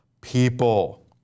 People